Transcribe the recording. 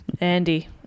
Andy